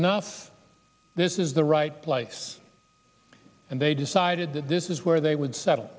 enough this is the right place and they decided that this is where they would settle